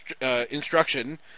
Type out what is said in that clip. instruction